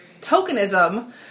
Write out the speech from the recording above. tokenism